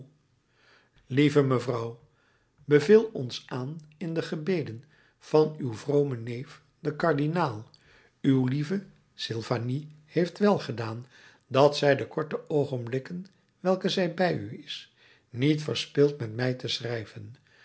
lieve mevrouw beveel ons aan in de gebeden van uw vromen neef den kardinaal uw lieve sylvanie heeft welgedaan dat zij de korte oogenblikken welke zij bij u is niet verspilt met mij te schrijven